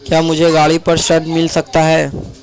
क्या मुझे गाड़ी पर ऋण मिल सकता है?